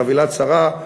"חבילה צרה",